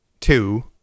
two